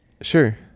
Sure